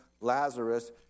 Lazarus